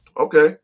Okay